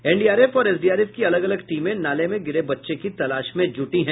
NDRF और SDRF की अलग अलग टीमें नाले में गिरे बच्चे की तलाश में जूटी है